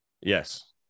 Yes